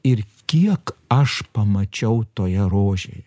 ir kiek aš pamačiau toje rožėj